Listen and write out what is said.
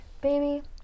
baby